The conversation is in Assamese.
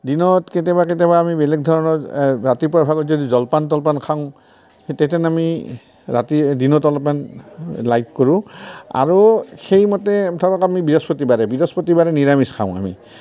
দিনত কেতিয়াবা কেতিয়াবা আমি বেলেগ ধৰণৰ ৰাতিপুৱা ভাগত যদি জলপান তলপান খাওঁ তেথেন আমি ৰাতি দিনত অলপমান লাইট কৰোঁ আৰু সেইমতে ধৰক আমি বৃহস্পতিবাৰে বৃহস্পতিবাৰে নিৰামিষ খাওঁ আমি